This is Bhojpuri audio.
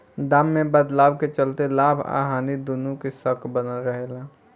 दाम में बदलाव के चलते लाभ आ हानि दुनो के शक बनल रहे ला